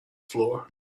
floor